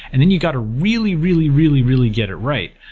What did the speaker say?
and then you got to really, really, really, really get it right,